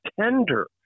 tender